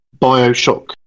Bioshock